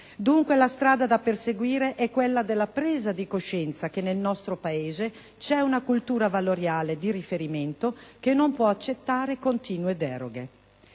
Dunque, la strada da seguire è quella della presa di coscienza che nel nostro Paese c'è una cultura valoriale di riferimento che non può accettare continue deroghe.